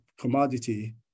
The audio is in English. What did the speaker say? commodity